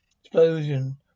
Explosion